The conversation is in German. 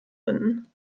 finden